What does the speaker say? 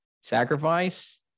sacrifice